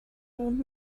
old